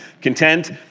content